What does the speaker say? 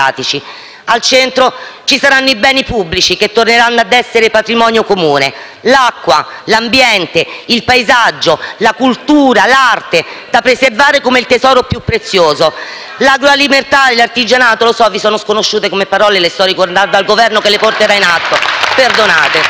Al centro ci saranno i beni pubblici che torneranno ad essere patrimonio comune: l'acqua, l'ambiente, il paesaggio, la cultura e l'arte, da preservare come il tesoro più prezioso. L'agroalimentare, l'artigianato - so che vi sono sconosciute come parole, le sto ricordando al Governo che le metterà in atto *(Applausi